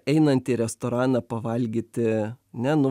einant į restoraną pavalgyti ne nu